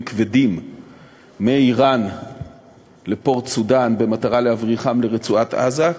כבדים מאיראן לפורט-סודאן במטרה להבריחם לרצועת-עזה.